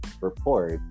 report